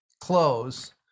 close